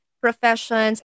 professions